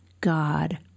God